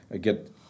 Get